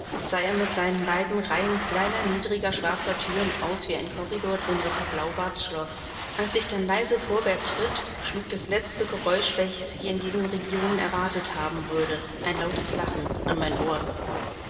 sah er mit seinen beiden reihen kleiner niedriger schwarzer thüren aus wie ein korridor in ritter blaubarts schloß als ich dann leise vorwärts schritt schlug das letzte geräusch welches ich in diesen regionen erwartet haben würde ein lautes lachen an mein ohr